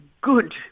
good